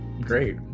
great